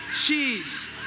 Cheese